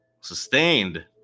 sustained